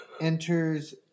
enters